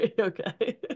okay